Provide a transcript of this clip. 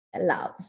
love